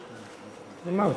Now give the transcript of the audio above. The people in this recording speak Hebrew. אמרתי,